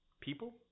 people